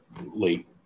late